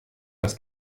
das